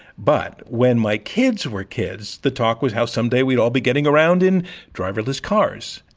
but when my kids were kids the talk was how someday we'd all be getting around in driverless cars.